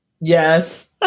Yes